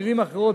במלים אחרות,